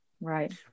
Right